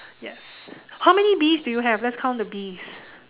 yes how many bees do you have let's count the bees